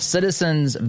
Citizens